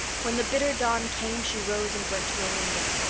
when the bitter dawn came she rose and went to her window.